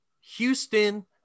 Houston